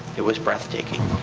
it was breathtaking.